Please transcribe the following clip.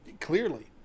Clearly